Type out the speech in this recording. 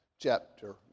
chapter